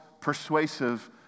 persuasive